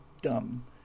dumb